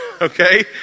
okay